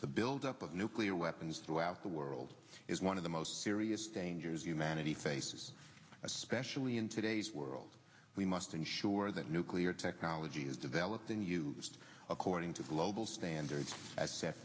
the build up of nuclear weapons throughout the world is one of the most serious dangers humanity faces especially in today's world we must ensure that nuclear technology has developed a new system according to global standards as set